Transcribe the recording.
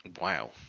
Wow